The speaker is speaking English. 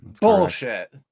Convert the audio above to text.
Bullshit